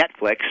Netflix